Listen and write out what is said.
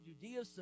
Judea